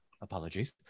Apologies